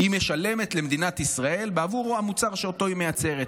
היא משלמת למדינת ישראל בעבור המוצר שאותו היא מייצרת.